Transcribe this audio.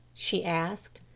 she asked.